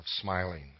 smiling